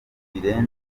birenze